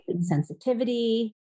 sensitivity